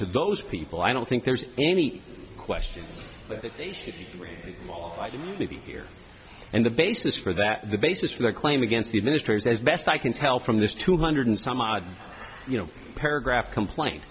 those people i don't think there's any question that they should all like to be here and the basis for that the basis for their claim against the administrators as best i can tell from this two hundred some odd you know paragraph complaint